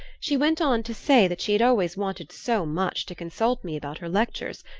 she went on to say that she had always wanted so much to consult me about her lectures.